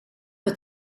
het